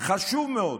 חשוב מאוד,